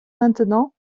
maintenant